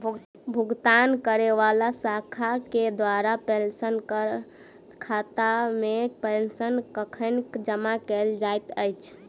भुगतान करै वला शाखा केँ द्वारा पेंशनरक खातामे पेंशन कखन जमा कैल जाइत अछि